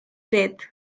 death